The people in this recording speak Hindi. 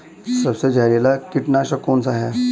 सबसे जहरीला कीटनाशक कौन सा है?